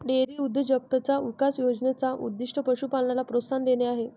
dairy उद्योजकताचा विकास योजने चा उद्दीष्ट पशु पालनाला प्रोत्साहन देणे आहे